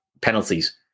penalties